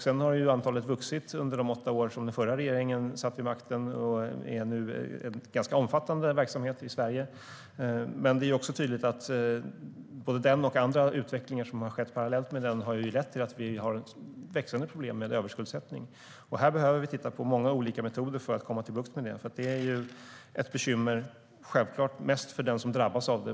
Sedan har antalet vuxit under de åtta år den förra regeringen satt vid makten, och det är nu en ganska omfattande verksamhet i Sverige. Det är också tydligt att både den och andra utvecklingar som har skett parallellt med den har lett till att vi har ett växande problem med överskuldsättning. Här behöver vi titta på många olika metoder för att få bukt med det. Det är självklart mest ett bekymmer för dem som drabbas av det.